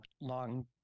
long